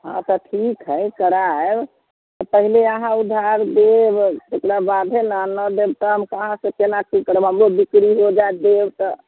हँ तऽ ठीक हय कराएब पहिले अहाँ उधार देब तकरा बादे ने नहि देब तऽ हम कहाँ से केना की करब हमरो बिक्री हो जाइत देब तऽ